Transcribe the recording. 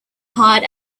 heart